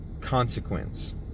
consequence